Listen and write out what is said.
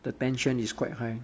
the tension is quite high